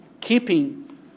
Keeping